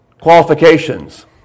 qualifications